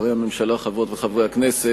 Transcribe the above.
שרי הממשלה, חברות וחברי הכנסת,